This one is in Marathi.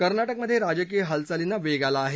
कर्नाटकामधे राजकीय हालचालींना वेग आला आहे